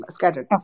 Scattered